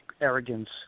arrogance